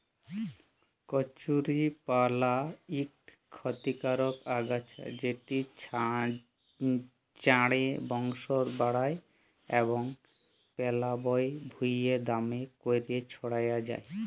কচুরিপালা ইকট খতিকারক আগাছা যেট চাঁড়ে বংশ বাঢ়হায় এবং পেলাবল ভুঁইয়ে দ্যমে ক্যইরে ছইড়াই যায়